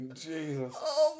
Jesus